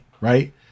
right